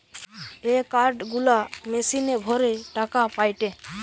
এ card গুলা মেশিনে ভরে টাকা পায়টে